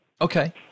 Okay